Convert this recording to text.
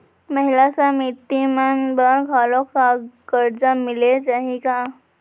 महिला समिति मन बर घलो करजा मिले जाही का?